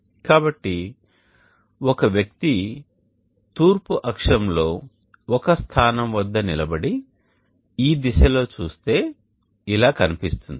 కాబట్టి ఒక వ్యక్తి తూర్పు అక్షంలో ఒక స్థానం వద్ద నిలబడి ఈ దిశలో చూస్తే ఇలా కనిపిస్తుంది